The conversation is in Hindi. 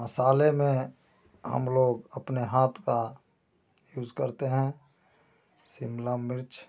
मसाले में हम लोग अपने हाथ का यूज करते हैं शिमला मिर्च